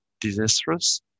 disastrous